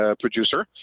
producer